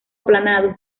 aplanado